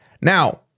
now